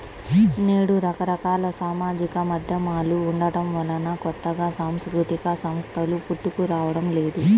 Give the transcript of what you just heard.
నేడు రకరకాల సామాజిక మాధ్యమాలు ఉండటం వలన కొత్తగా సాంస్కృతిక సంస్థలు పుట్టుకురావడం లేదు